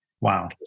Wow